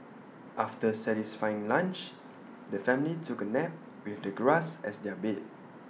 after their satisfying lunch the family took A nap with the grass as their bed